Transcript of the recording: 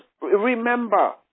remember